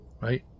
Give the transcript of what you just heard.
right